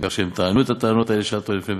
כך שהם טענו את הטענות בבית-המשפט,